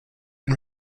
and